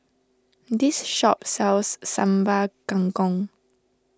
this shop sells Sambal Kangkong